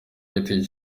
giti